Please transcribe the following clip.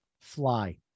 Fly